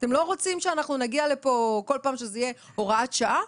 אתם לא רוצים שאנחנו נגיע לפה כל פעם שזה יהיה הוראת שעה?